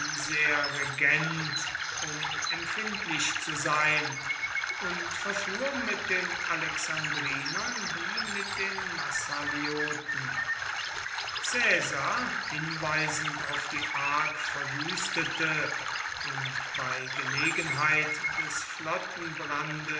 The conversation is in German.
sehr regent um empfindlich zu sein und verfuhr mit den alexandrinern wie mit den massalioten caesar hinweisend auf die arg verwüstete und bei gelegenheit des